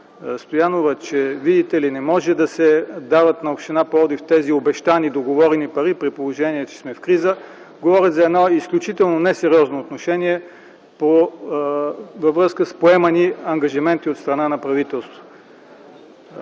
Стоянова, че, виждате ли, не може да се дават на община Пловдив тези обещани, договорени пари, при положение че сме в криза, говорят за едно изключително несериозно отношение във връзка с поемани ангажименти от страна на правителството.